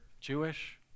Jewish